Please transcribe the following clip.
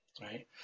Right